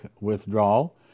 withdrawal